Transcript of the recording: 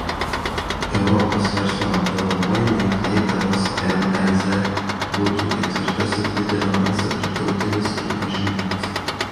europos verslo apdovanojimai klaipėdos lez būtų ketvirtasis didelio masto tarptautinis pripažinimas